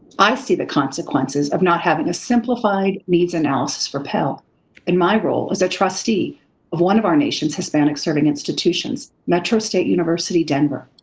i see the consequences of not having a simplified needs analysis for pell in my role as a trustee of one of our nation's hispanic serving institutions, metro state university, denver.